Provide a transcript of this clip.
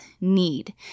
need